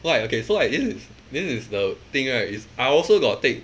why okay so I in this is the thing right is I also got take